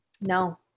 No